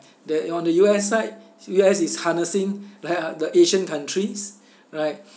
then on the U_S side U_S. is harnessing like the asian countries right